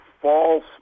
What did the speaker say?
false